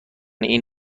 این